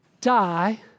die